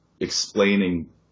explaining